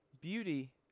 beauty